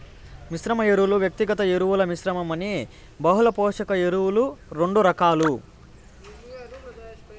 మిశ్రమ ఎరువులు, వ్యక్తిగత ఎరువుల మిశ్రమం అని బహుళ పోషక ఎరువులు రెండు రకాలు